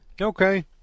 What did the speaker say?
Okay